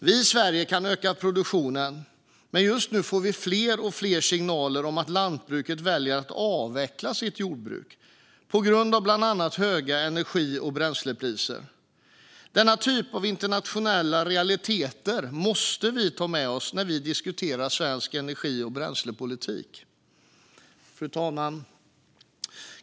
Vi i Sverige kan öka vår produktion, men just nu får vi fler och fler signaler om att lantbrukare väljer att avveckla sitt jordbruk på grund av bland annat höga energi och bränslepriser. Denna typ av internationella realiteter måste vi ta med oss när vi diskuterar svensk energi och bränslepolitik. Fru talman!